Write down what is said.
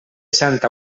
santa